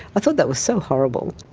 i thought that was so horrible.